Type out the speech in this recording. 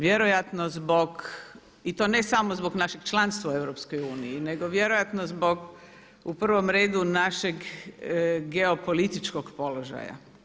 Vjerojatno zbog, i to ne samo zbog našeg članstva u EU nego vjerojatno zbog u prvom redu našeg geopolitičkog položaja.